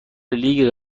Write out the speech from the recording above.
لیگ